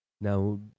Now